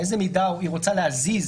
באיזו מידה היא רוצה להזיז